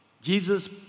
Jesus